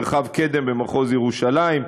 מרחב קדם במחוז ירושלים,